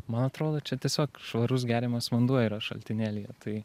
man atrodo čia tiesiog švarus geriamas vanduo yra šaltinėlyje tai